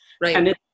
Right